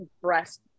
breast